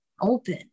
open